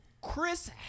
Chris